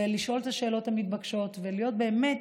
לשאול את השאלות המתבקשות ולהיות באמת